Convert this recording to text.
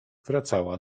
wracała